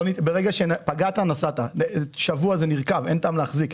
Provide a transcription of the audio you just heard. ברגע שפגעת, נסעת, שבוע זה נרקב, אין טעם להחזיק.